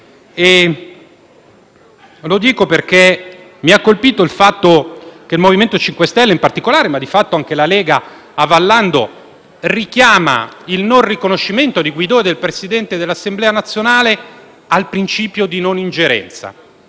metodi pacifici. Mi ha colpito che il MoVimento 5 Stelle in particolare - ma di fatto anche la Lega, avallando - richiama il non riconoscimento di Guaidó e del Presidente dell'Assemblea nazionale al principio di non ingerenza.